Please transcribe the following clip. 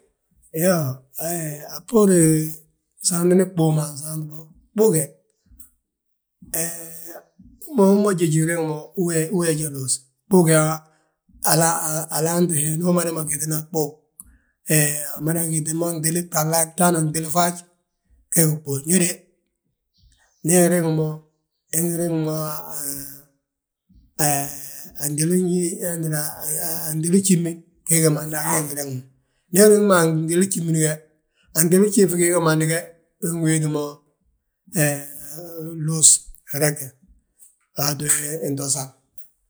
Iyoo, a bboorin saantini ɓuu ma ansaanti bo, ɓuu ge, he hú ma jéjin riŋi mo, he je luus, ɓuu ga alaanti he ndu umadama gitinaa ɓuu. He umada gitin mo gtili gtahla gta ana gtili faaj ge gí. Ndi hereri wi mo, he ngi riŋ mo, a gtili, gjimin gii gimanda gee gi angi riŋ mo. Nda ariŋ mo a gtili gjimin ge, a gtili gjiif gii gimandi ge we ngi wéeti mo nluus, nrege a waati we nto, into sal.